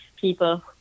people